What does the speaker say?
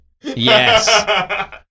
Yes